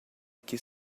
aqui